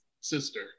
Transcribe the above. sister